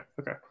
okay